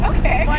Okay